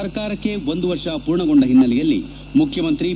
ಸರ್ಕಾರಕ್ಕೆ ಒಂದು ವರ್ಷ ಪೂರ್ಣಗೊಂಡ ಹಿನ್ನೆಲೆಯಲ್ಲಿ ಮುಖ್ಯಮಂತ್ರಿ ಬಿ